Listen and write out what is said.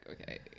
okay